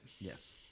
Yes